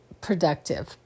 productive